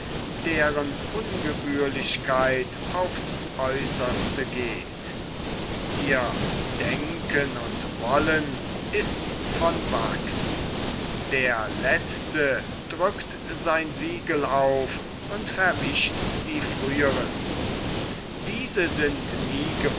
deren ungebührlichkeit aufs aeußerste geht ihr denken und wollen ist von wachs der letzte drückt sein siegel auf und verwischt die früheren diese sind